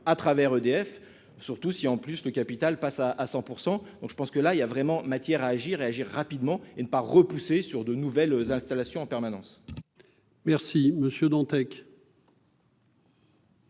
à travers EDF, surtout si en plus le capital passe à à 100 pour 100, donc je pense que là il y a vraiment matière à agir et agir rapidement et ne pas repousser sur de nouvelles installations en permanence. Merci Monsieur Dantec.